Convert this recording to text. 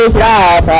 da